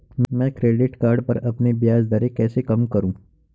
मैं credit card पर अपनी ब्याज दरें कैसे कम करूँ?